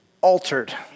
altered